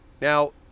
now